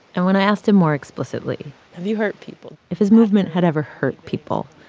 and when i asked him more explicitly. have you hurt people. if his movement had ever hurt people,